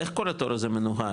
איך כל התור הזה מנוהל?